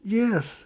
yes